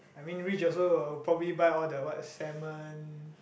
I mean rich also will probably buy all the what salmon